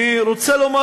אני רוצה לומר